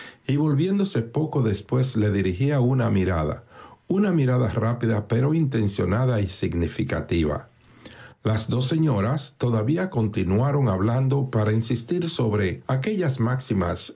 y volviéndose poco después le dirigía una ro es mirada una mirada rápida pero intencionada y significativa las dos señoras todavía continuaron hablando para insistir sobre aquellas máximas